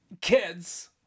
kids